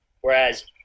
Whereas